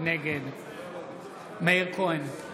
נגד מאיר כהן,